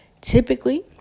Typically